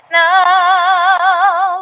now